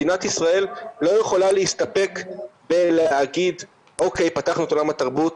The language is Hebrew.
מדינת ישראל לא יכולה להסתפק בלהגיד פתחנו את עולם התרבות,